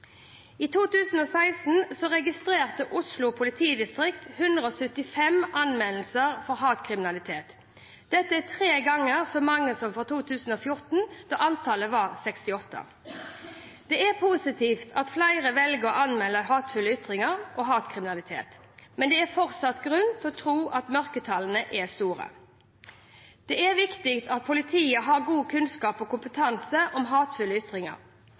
I 2016 registrerte Oslo politidistrikt 175 anmeldelser for hatkriminalitet. Dette er tre ganger så mange som for 2014, da antallet var 68. Det er positivt at flere velger å anmelde hatefulle ytringer og hatkriminalitet, men det er fortsatt grunn til å tro at mørketallene er store. Det er viktig at politiet har god kunnskap og kompetanse om hatefulle ytringer.